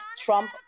Trump